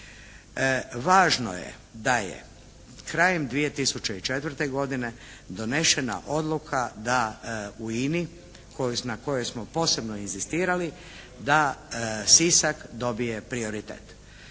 Važno je da je krajem 2004. godine donešena odluka da u INA-u koju, na kojoj smo posebno inzistirali da Sisak dobije prioritet.